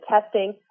testing